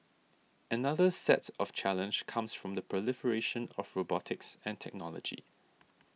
another set of challenge comes from the proliferation of robotics and technology